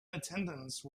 attendance